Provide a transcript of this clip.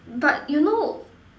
but you know